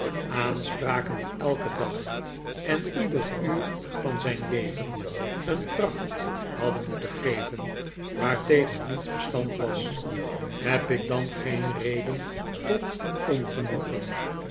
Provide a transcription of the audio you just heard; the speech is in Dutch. aanspraken die elken dag en ieder uur van zijn leven een kracht hadden moeten geven waartegen niets bestand was heb ik dan geen reden tot ongenoegen